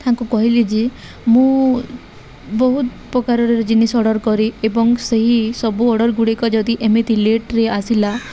ତାଙ୍କୁ କହିଲି ଯେ ମୁଁ ବହୁତ ପ୍ରକାରର ଜିନିଷ ଅର୍ଡ଼ର୍ କରେ ଏବଂ ସେହି ସବୁ ଅର୍ଡ଼ର୍ଗୁଡ଼ିକ ଯଦି ଏମିତି ଲେଟ୍ରେ ଆସିଲା